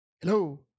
Hello